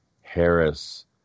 Harris